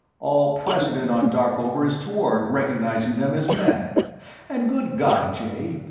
all precedent on darkover is toward recognizing them as men and good god, jay,